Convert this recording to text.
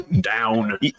down